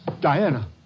Diana